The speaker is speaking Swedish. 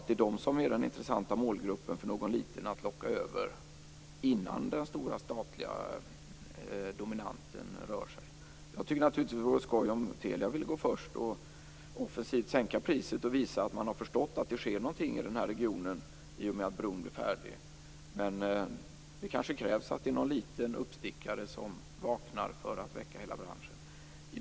De kanske är den intressanta målgruppen för något litet bolag att locka över innan den stora statliga dominanten rör sig. Det vore naturligtvis roligt om Telia ville gå först och offensivt sänka priset och visa att man har förstått att det sker någonting i den här regionen i och med att bron blir färdig. Men det kanske krävs att en liten uppstickare vaknar för att hela branschen skall väckas.